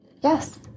Yes